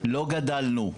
לא גדלו,